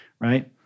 right